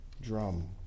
drum